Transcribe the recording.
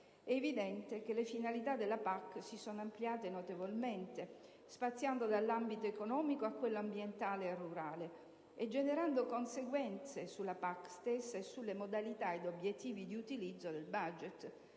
È evidente che le finalità della PAC si sono ampliate notevolmente, spaziando dall'ambito economico a quello ambientale e rurale e generando conseguenze sulla PAC stessa e sulle modalità e gli obiettivi di utilizzo del *budget*,